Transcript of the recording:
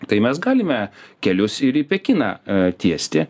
tai mes galime kelius ir į pekiną tiesti